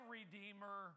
Redeemer